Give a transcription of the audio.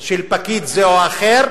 של פקיד זה או אחר,